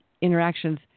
interactions